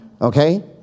Okay